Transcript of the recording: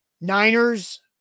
Niners